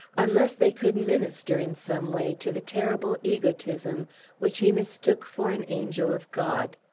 unless they could minister in some way to the terrible egotism which he mistook for an angel of god.